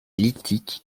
lithique